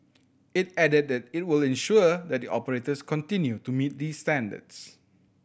it added that it will ensure that the operators continue to meet these standards